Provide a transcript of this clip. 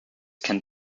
can